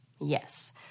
Yes